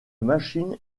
machine